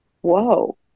whoa